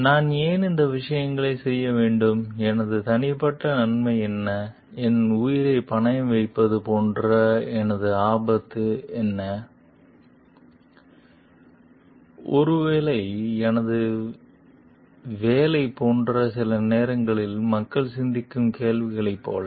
நான் ஏன் இந்த விஷயங்களைச் செய்ய வேண்டும் எனது தனிப்பட்ட நன்மை என்ன என் உயிரைப் பணயம் வைப்பது போன்ற எனது ஆதாயம் என்ன ஒருவேளை எனது வேலை போன்ற சில நேரங்களில் மக்கள் சிந்திக்கும் கேள்விகளைப் போல